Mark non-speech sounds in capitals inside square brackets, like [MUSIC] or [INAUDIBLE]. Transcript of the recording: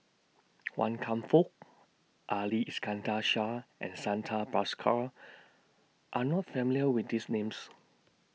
[NOISE] Wan Kam Fook Ali Iskandar Shah and Santha Bhaskar Are not familiar with These Names